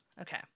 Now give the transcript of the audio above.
Okay